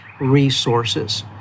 resources